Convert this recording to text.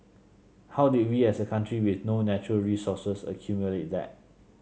how did we as a country with no natural resources accumulate that